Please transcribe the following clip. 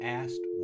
asked